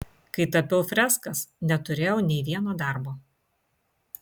kai tapiau freskas neturėjau nė vieno darbo